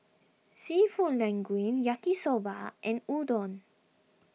Seafood Linguine Yaki Soba and Udon